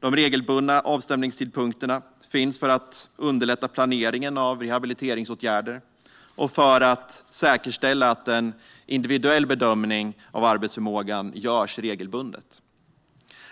De regelbundna avstämningstidpunkterna finns för att underlätta planeringen av rehabiliteringsåtgärder och för att säkerställa att en individuell bedömning av arbetsförmågan görs regelbundet.